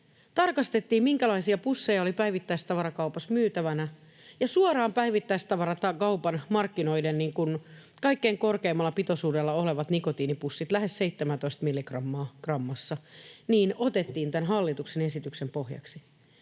tarkastettiin, minkälaisia pusseja oli päivittäistavarakaupassa myytävänä, ja suoraan päivittäistavarakaupan markkinoiden kaikkein korkeimmalla pitoisuudella olevat nikotiinipussit, lähes 17 milligrammaa grammassa, otettiin tämän hallituksen esityksen pohjaksi.